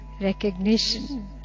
recognition